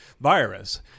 virus